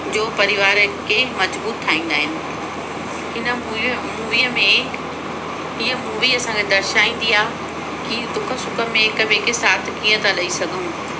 जो परिवार खे मजबूत ठाहींदा आहिनि इन मूवीअ मूवीअ में हीअं मूवी असांखे दर्शाईंदी आहे कि दुख सुख में हिक ॿिए खे साथ कीअं था ॾेई सघऊं